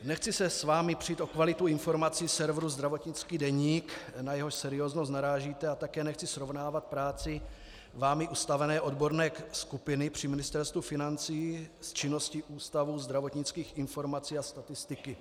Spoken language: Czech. Nechci se s vámi přít o kvalitu informací serveru Zdravotnický deník, na jehož serióznost narážíte, a také nechci srovnávat práci vámi ustavené odborné skupiny při Ministerstvu financí s činností Ústavu zdravotnických informací a statistiky.